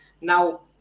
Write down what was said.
Now